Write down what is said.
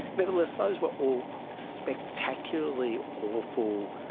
nevertheless, those were all spectacularly awful,